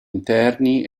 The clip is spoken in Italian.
interni